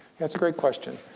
that's a great question.